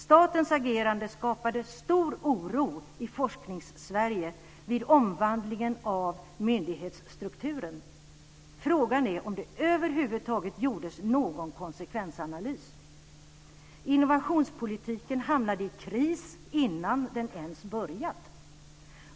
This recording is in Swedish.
Statens agerande skapade stor oro i Forskningssverige vid omvandlingen av myndighetsstrukturen. Frågan är om det över huvud taget gjordes någon konsekvensanalys. Innovationspolitiken hamnade i kris innan den ens börjat.